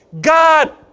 God